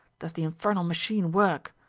does the infernal machine work?